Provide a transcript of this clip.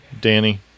Danny